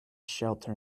shelter